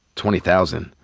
twenty thousand.